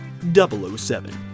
007